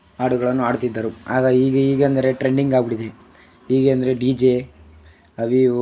ಹಾಡುಗಳನ್ನು ಹಾಡುತ್ತಿದ್ದರು ಆಗ ಈಗ ಈಗೆಂದರೆ ಟ್ರೆಂಡಿಂಗ್ ಆಗಿಬಿಟ್ಟಿದೆ ಈಗೆಂದರೆ ಡಿ ಜೆ ಅವಿವು